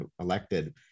elected